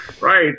Right